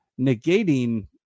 negating –